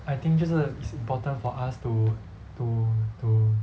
I think 就是 it's important for us to to to